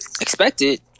expected